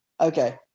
Okay